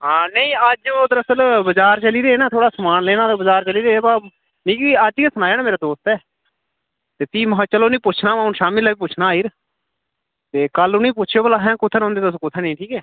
हां नेईं अज्ज ओह् दरअसल बजार चली दे हे ना थोह्ड़ा समान लैना हा ना ते बजार चली दे हे बो मिगी अज्ज गै सनाया ना मेरे दोस्तै ते भी महां चलो उ'नें ई पुच्छना हून शामीं लै बी पुच्छना आई री ते कल्ल उ'नें ई पुच्छेओ भला अहें कुत्थै रौंह्दे तुस कुत्थै नेईं ठीक ऐ